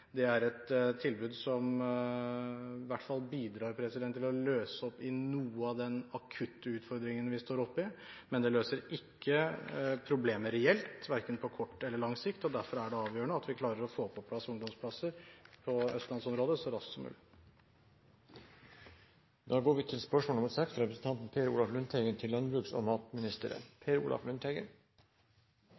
Det er et tilbud som i hvert fall bidrar til å løse opp i noe av den akutte utfordringen vi står oppe i, men det løser ikke problemet reelt, verken på kort eller lang sikt. Derfor er det avgjørende at vi klarer å få på plass ungdomsplasser i østlandsområdet så raskt som mulig. «Ethvert lands matvaresikkerhet av jordbruksmatvarer er avhengig av landets samla planteproduksjon. Planteproduksjonen er resultatet av jordbruksareal og